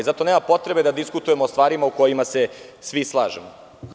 Zato nema potrebe da diskutujemo o stvarima oko kojih se svi slažemo.